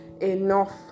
enough